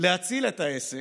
להציל את העסק,